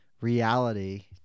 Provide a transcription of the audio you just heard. reality